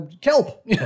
kelp